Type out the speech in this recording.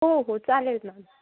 हो हो चालेल ना